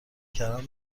کلم